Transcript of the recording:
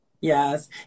Yes